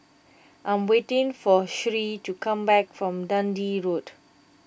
I am waiting for Sherree to come back from Dundee Road